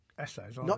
essays